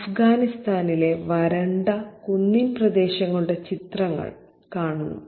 അഫ്ഗാനിസ്ഥാനിലെ വരണ്ട കുന്നിൻ പ്രദേശങ്ങളുടെ ചിത്രങ്ങൾ കാണുന്നു